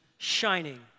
Shining